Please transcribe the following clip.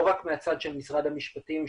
לא רק מהצד של משרד המשפטים,